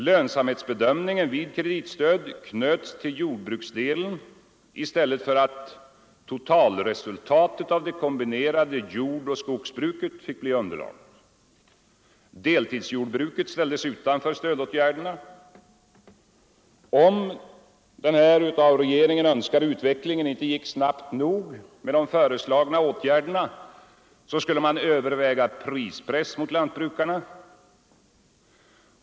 Lönsamhetsbedömningen vid kreditstöd knöts till jordbruksdelen i stället för att totalresultatet av det kombinerade jordoch skogsbruket fick bilda underlag. Om denna av regeringen önskade utveckling inte gick snabbt nog med de föreslagna åtgärderna så skulle man överväga prispress mot lantbrukarna.